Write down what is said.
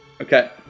Okay